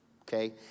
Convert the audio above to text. okay